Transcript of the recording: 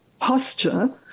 posture